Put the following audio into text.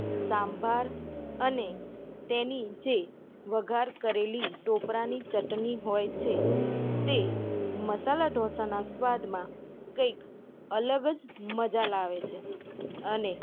સાંભાર અને તેની જે વઘાર કરેલી ટોપરાની ચટણી હોય છે તે મસાલા ઢોસાના સ્વાદમાં કંઇક અલગ જ મજા લાવે છે અને